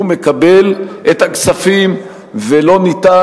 הוא מקבל את הכספים ולא ניתן.